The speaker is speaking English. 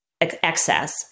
excess